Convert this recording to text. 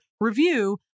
review